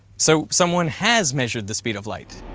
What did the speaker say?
so someone has measured the speed of light?